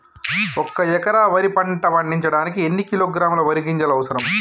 ఒక్క ఎకరా వరి పంట పండించడానికి ఎన్ని కిలోగ్రాముల వరి గింజలు అవసరం?